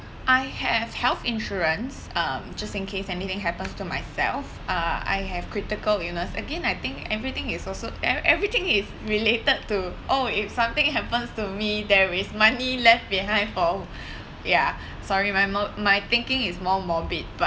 I have health insurance um just in case anything happens to myself uh I have critical illness again I think everything is also ev~ everything is related to oh if something happens to me there is money left behind for ya sorry my mo~ my thinking is more morbid but